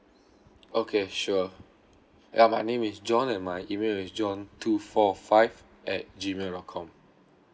okay sure ya my name is john and my email is john two four five at gmail dot com